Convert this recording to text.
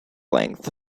length